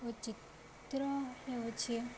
ଓ ଚିତ୍ର ହେଉଛି